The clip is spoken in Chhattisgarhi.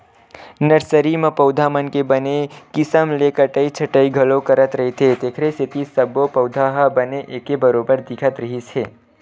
नरसरी म पउधा मन के बने किसम ले कटई छटई घलो करत रहिथे तेखरे सेती सब्बो पउधा ह बने एके बरोबर दिखत रिहिस हे